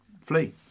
flee